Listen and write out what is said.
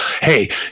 Hey